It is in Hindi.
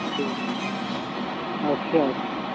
ठीक है अच्छा अच्छा अच्छा